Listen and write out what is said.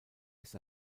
ist